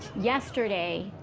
yesterday,